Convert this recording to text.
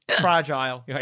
fragile